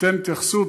ניתן התייחסות.